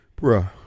Bruh